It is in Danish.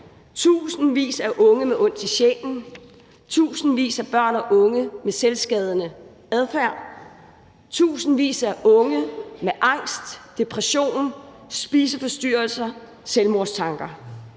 tusindvis af unge med ondt i sjælen, tusindvis af børn og unge med selvskadende adfærd, tusindvis af unge med angst, depression, spiseforstyrrelser og selvmordstanker.